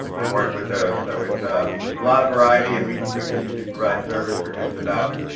and work with those. so, it's a lot of variety and we we can usually provide service for just about